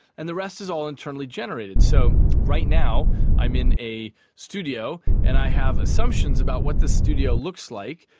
and the rest is all internally generated. so right now i am in a studio and i have assumptions about what the studio looks like,